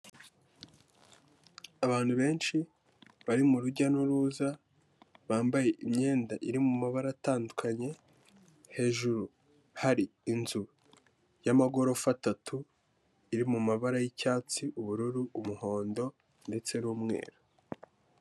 Abantu benshi bari mu rujya n'uruza, bambaye imyenda iri mu mabara atandukanye, hejuru hari inzu y'amagorofa atatu, iri mu mu mabara y'icyatsi, ubururu, umuhondo ndetse n'umweru.